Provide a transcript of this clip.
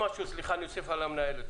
אוסיף על דברי המנהלת.